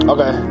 Okay